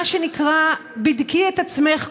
מה שנקרא, בדקי את עצמך קודם.